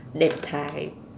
lip tied